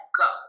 go